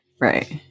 Right